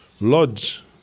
lodge